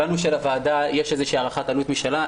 הבנו שלוועדה יש הערכת עלות משלה,